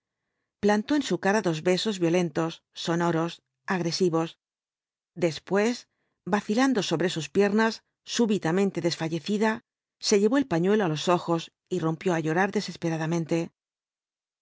plantó en su cara dos besos violentos sonoros agresivos después vacilando sobre sus piernas súbitamente desfallecida se llevó el pañuelo á los ojos y rompió á jlorar desesperadamente